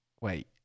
Wait